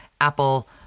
Apple